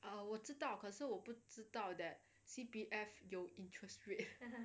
err 我知道可是我不知道 that C_P_F 有 interest rate